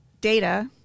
data